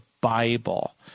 Bible